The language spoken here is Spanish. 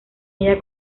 ella